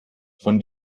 von